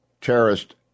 terrorist